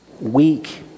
Weak